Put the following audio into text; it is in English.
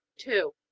two.